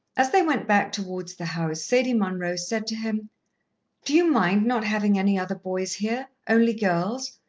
as they went back towards the house, sadie munroe said to him do you mind not having any other boys here only girls?